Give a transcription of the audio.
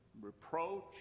reproach